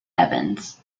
evans